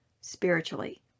spiritually